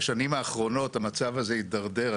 בשנים האחרונות המצב הזה התדרדר.